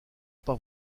pas